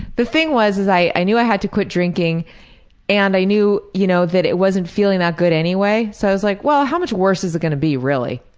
the thing was i i knew i had to quit drinking and i knew you know that it wasn't feeling that good anyway, so i was like well, how much worse is it gonna be, really?